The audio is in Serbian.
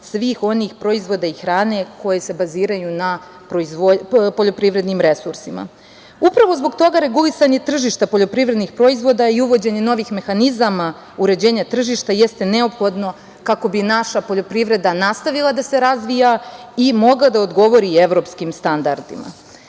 svih onih proizvoda i hrane koji se baziraju na poljoprivrednim resursima. Upravo zbog toga regulisanje tržišta poljoprivrednih proizvoda i uvođenje novih mehanizama uređenja tržišta jeste neophodno kako bi naša poljoprivreda nastavila da se razvija i mogla da odgovori evropskim standardima.